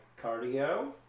cardio